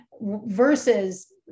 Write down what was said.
versus